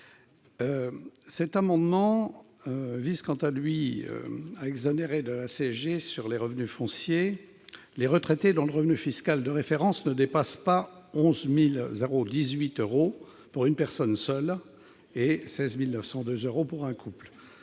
Cet amendement vise à exonérer de CSG sur les revenus fonciers les retraités dont le revenu fiscal de référence ne dépasse pas 11 018 euros pour une personne seule et 16 902 euros pour un couple.